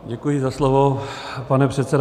Děkuji za slovo, pane předsedající.